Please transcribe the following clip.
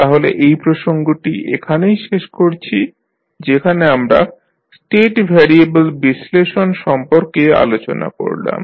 তাহলে এই প্রসঙ্গটি এখানেই শেষ করছি যেখানে আমরা স্টেট ভ্যারিয়েবল বিশ্লেষণ সম্পর্কে আলোচনা করলাম